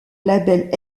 label